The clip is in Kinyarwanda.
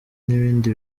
n’ibindi